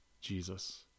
Jesus